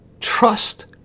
Trust